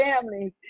families